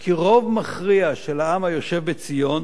כי רוב מכריע של העם היושב בציון